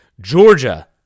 Georgia